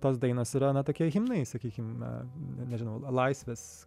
tos dainos yra na tokie himnai sakykim nežinau laisvės